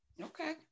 Okay